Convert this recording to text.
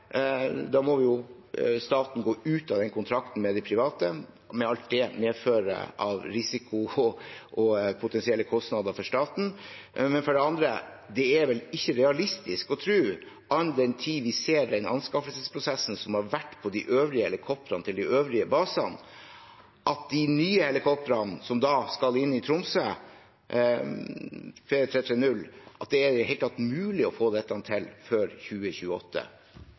Da må jo staten gå ut av den kontrakten med de private, med alt som det medfører av risiko og potensielle kostnader for staten. For det andre: All den tid vi ser den anskaffelsesprosessen som har vært på de øvrige helikoptrene til de øvrige basene, er vel ikke realistisk å tro at det i det hele tatt er mulig å få til dette før 2028 når det gjelder de nye helikoptrene som da skal inn i Tromsø, 330-skvadronen? Jeg inviteres til å